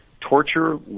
torture